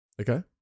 Okay